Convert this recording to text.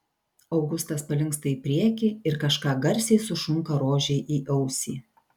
augustas palinksta į priekį ir kažką garsiai sušunka rožei į ausį